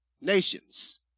nations